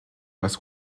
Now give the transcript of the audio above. was